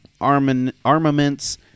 armaments